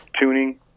Tuning